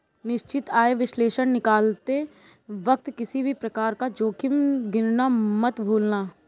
निश्चित आय विश्लेषण निकालते वक्त किसी भी प्रकार का जोखिम गिनना मत भूलना